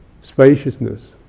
spaciousness